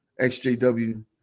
xjw